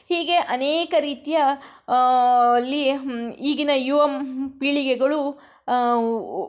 ಹೀಗೆ ಅನೇಕ ರೀತಿಯ ಲ್ಲಿ ಈಗಿನ ಯುವ ಪೀಳಿಗೆಗಳು